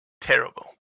terrible